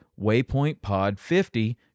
WaypointPod50